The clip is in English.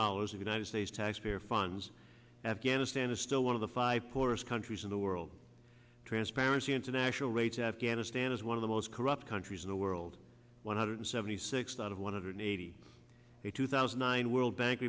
dollars the united states taxpayer funds afghanistan is still one of the five poorest countries in the world transparency international rates afghanistan as one of the most corrupt countries in the world one hundred seventy six out of one hundred eighty two thousand nine world bank